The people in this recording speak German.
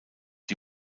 die